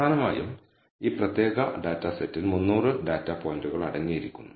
പ്രധാനമായും ഈ പ്രത്യേക ഡാറ്റാ സെറ്റിൽ 300 ഡാറ്റ പോയിന്റുകൾ അടങ്ങിയിരിക്കുന്നു